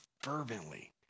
fervently